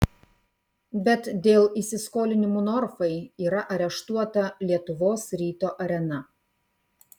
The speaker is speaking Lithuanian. bet dėl įsiskolinimų norfai yra areštuota lietuvos ryto arena